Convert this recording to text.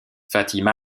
fatima